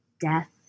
death